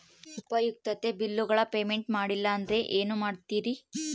ಉಪಯುಕ್ತತೆ ಬಿಲ್ಲುಗಳ ಪೇಮೆಂಟ್ ಮಾಡಲಿಲ್ಲ ಅಂದರೆ ಏನು ಮಾಡುತ್ತೇರಿ?